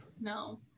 No